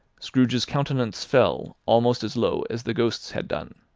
scrooge's countenance fell almost as low as the ghost's had done.